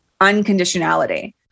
unconditionality